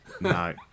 no